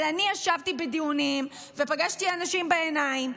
אבל אני ישבתי בדיונים ופגשתי אנשים בעיניים.